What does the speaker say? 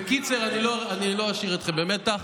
בקיצר, אני לא אשאיר אתכם במתח.